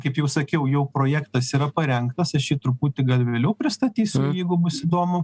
kaip jau sakiau jau projektas yra parengtas aš jį truputį gal vėliau pristatys jeigu bus įdomu